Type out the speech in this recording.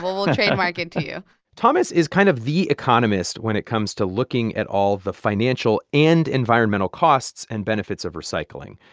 we'll we'll trademark it to you thomas is kind of the economist when it comes to looking at all the financial and environmental costs and benefits of recycling.